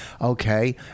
okay